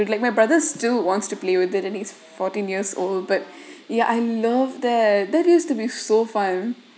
like my brothers still wants to play with it and he's fourteen years old but ya I love that that used to be so fun